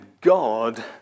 God